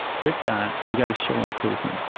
with that, we got to show improvement.